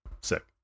Sick